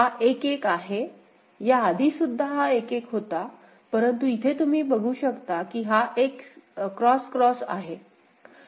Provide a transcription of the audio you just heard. हा 1 1 आहे या आधी सुद्धा हा 1 1 होता परंतु इथे तुम्ही बघू शकता की हा X X आहे